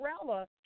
umbrella